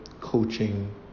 coaching